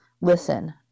listen